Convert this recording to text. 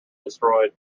destroyed